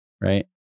Right